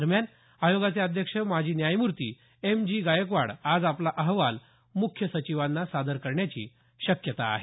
दरम्यान आयोगाचे अध्यक्ष माजी न्यायमूर्ती एम जी गायकवाड आज आपला अहवाल मुख्य सचिवांना सादर करण्याची शक्यता आहे